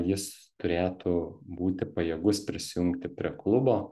jis turėtų būti pajėgus prisijungti prie klubo